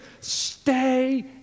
stay